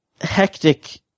hectic